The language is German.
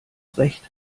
recht